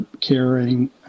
caring